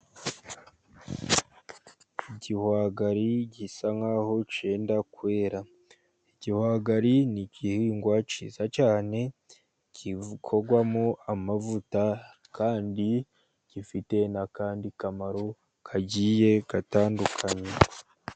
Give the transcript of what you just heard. Igihwagari gisa nk'aho kenda kwera. Igihwagari ni igihingwa cyiza cyane gikorwamo amavuta, kandi gifite n'akandi kamaro kagiye gatandukanye.